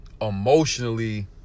emotionally